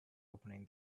opening